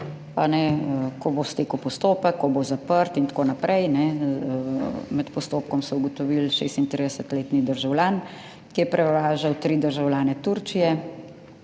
ko bo stekel postopek, ko bo zaprt in tako naprej, med postopkom so ugotovili 36-letni državljan, ki je prevažal tri državljane Turčije,